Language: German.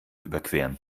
überqueren